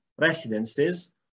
residences